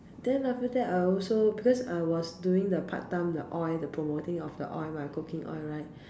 then after that I also because I was doing the part time the oil the promoting of the oil right cooking oil right